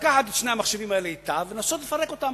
לקחת את שני המחשבים האלה אתה ולנסות לפרק אותם,